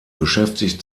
beschäftigt